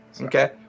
Okay